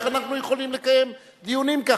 איך אנחנו יכולים לקיים דיונים כך?